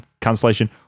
cancellation